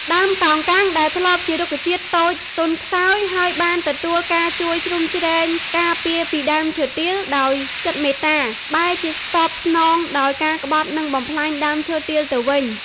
ដើមកោងកាងដែលធ្លាប់ជារុក្ខជាតិតូចទន់ខ្សោយ ហើយបានទទួលការជួយជ្រោមជ្រែង ការពារពីដើមឈើទាលដោយចិត្តមេត្តា បែរជាតបស្នងដោយការក្បត់និងបំផ្លាញដើមឈើទាលទៅវិញ។